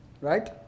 Right